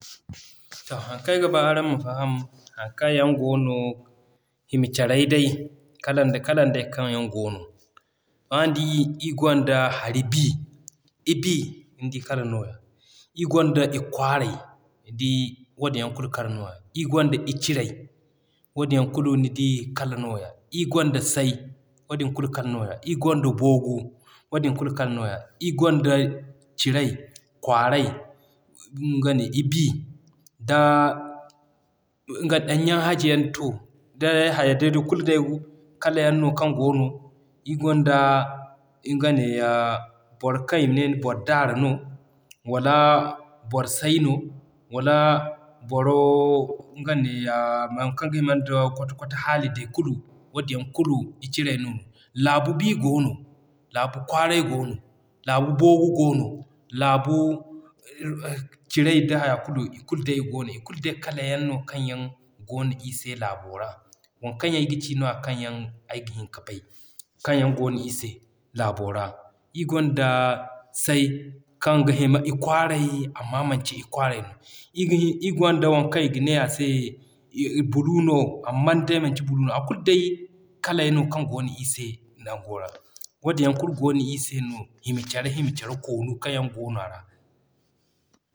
To haŋ kaŋ ayga ba araŋ ma faham, haŋ kaŋ yaŋ goono hima carey day kalan da kalan day kaŋ yaŋ goono. To araŋ di ir gonda hari bi, i bi nidi kala nooya ir gonda i kwaarey nidi wadin yaŋ kulu kala nooya, ir gonda i ciray wadin yaŋ kulu nidi kala nooya, ir gonda i say, wadin yaŋ kulu kala nooya, ir gonda i boogu, wadin yaŋ kulu kala nooya. Iri gonda ciray, kwaaray,i bi da danyan hajiya to, da hayey day da kulu day kala yaŋ no kaŋ. Iri gonda nga neeya boro kaŋ ima ne boro daara no, wala boro say no, wala boro nga neeya waŋ kaŋ ga himan da kotokoto haali day kulu wadin yaŋ kulu i ciray no. Laabu bi goono, laabu kwaaray goono, laabu boogu goono, laabu ciray da haya kulu i kulu day goono i kulu kala yaŋ no kaŋ yaŋ goono iri se laabo ra. Waŋ kaŋ yaŋ ayga ci nooya kaŋ yaŋ ayga hin ka bay kaŋ yaŋ goono iri se laabo ra. Iri gonda say kaŋ ga hima i kwaarey amma manci i kwaarey no. I gonda waŋ kaŋ se i ga ne blue amman day manci blue no. A kulu day kala yaŋ day no kaŋ goono ir se nango ra. Wadin yaŋ kulu goo ir se no hima care hima care koonu kaŋ yaŋ goono ra.